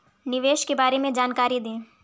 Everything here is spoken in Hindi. निवेश के बारे में जानकारी दें?